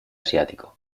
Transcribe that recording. asiático